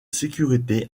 sécurité